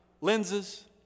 lenses